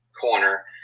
corner